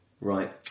Right